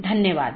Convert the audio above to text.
धन्यवाद